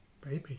baby